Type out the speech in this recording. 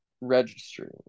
registering